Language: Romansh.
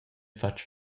fatg